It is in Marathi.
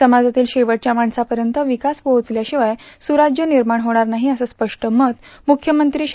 समाजातील शेवटच्या माणसांपर्यंत विक्रस पोहोचल्याशिवाय सुराज्य निर्माण होणार नाही असं स्पष्ट मत मुख्यमंत्री श्री